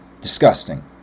Disgusting